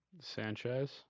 Sanchez